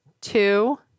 Two